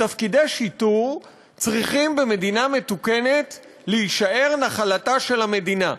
במדינה מתוקנת תפקידי שיטור צריכים להישאר נחלתה של המדינה.